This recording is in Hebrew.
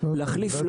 להחליף,